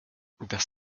das